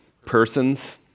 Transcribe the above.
persons